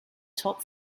top